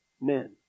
men